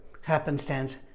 Happenstance